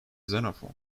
xenophon